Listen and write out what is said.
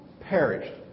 perished